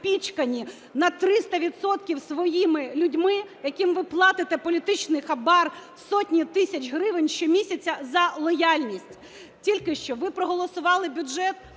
своїми людьми, яким ви платите політичний хабар, сотні тисяч гривень щомісяця, за лояльність. Тільки що ви проголосували бюджет,